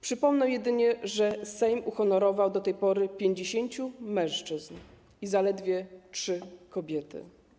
Przypomnę jedynie, że Sejm uhonorował do tej pory 50 mężczyzn i zaledwie trzy kobiety.